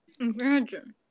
Imagine